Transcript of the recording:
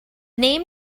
name